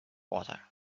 water